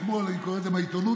אני קורא את זה בעיתונות,